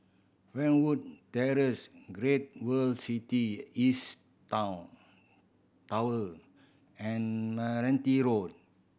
Fernwood Terrace Great World City East Town Tower and Meranti Road